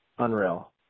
unreal